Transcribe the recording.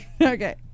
Okay